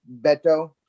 Beto